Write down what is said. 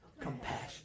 Compassion